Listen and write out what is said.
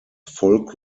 folk